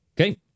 Okay